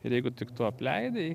ir jeigu tik tu apleidai